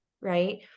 Right